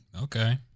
Okay